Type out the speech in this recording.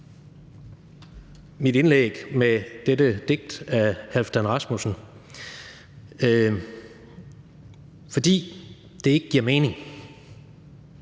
mit indlæg med dette digt af Halfdan Rasmussen, fordi det ikke giver mening.